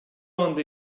anda